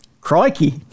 Crikey